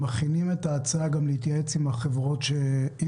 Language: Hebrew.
כשמכינים את ההצעה נהוג להתייעץ גם עם החברות שזה נוגע אליהן,